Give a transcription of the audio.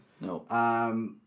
No